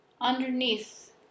underneath